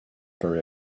very